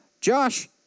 Josh